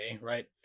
right